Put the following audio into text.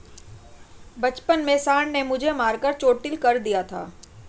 बचपन में सांड ने मुझे मारकर चोटील कर दिया था